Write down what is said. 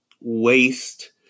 waste